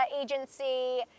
agency